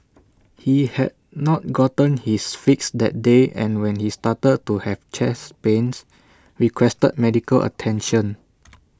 he had not gotten his fix that day and when he started to have chest pains requested medical attention